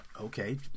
Okay